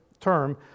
term